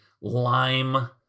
lime